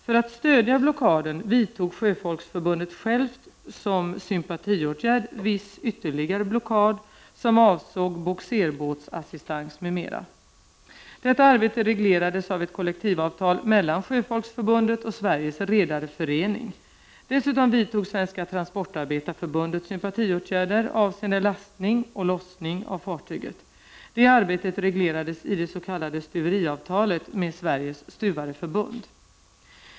För att stödja blockaden vidtog Sjöfolksförbundet självt som sympatiåtgärd viss ytterligare blockad som avsåg bogerbåtsassistans m.m. Detta arbete reglerades av ett kollektivavtal mellan Sjöfolksförbundet och Sveriges redareförening. Dessutom vidtog Svenska transportarbetareförbundet sympatiåtgärder avseende lastning och lossning av fartyget. Det arbetet reglerades i det s.k. stuveriavtalet med Sveriges stuvareförbund.